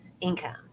income